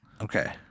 Okay